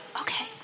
okay